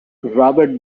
robert